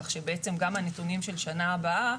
כך שבעצם גם הנתונים של שנה הבאה,